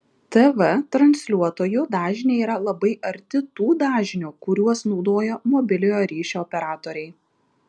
tv transliuotojų dažniai yra labai arti tų dažnių kuriuos naudoja mobiliojo ryšio operatoriai